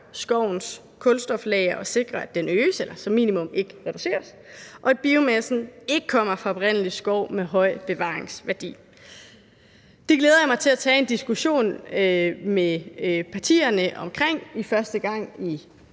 skovens kulstoflager og sikrer, at den øges eller som minimum ikke reduceres; og at biomassen ikke kommer fra oprindelig skov med høj bevaringsværdi. Det glæder jeg mig til at tage en diskussion med partierne om – i første omgang i